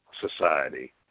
Society